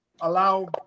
allow